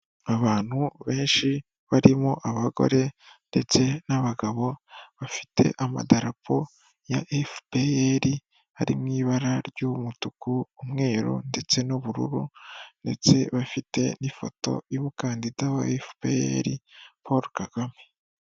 Abantu benshi barimo abagore ndetse n'abagabo, bafite amadarapo ya FPR, ari mo ibara ry'umutuku, umweru ndetse n'ubururu ndetse bafite n'ifoto y'umukandida wa FPR Paul Kagame.